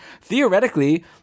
theoretically